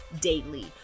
daily